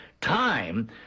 time